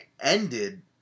ended